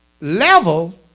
level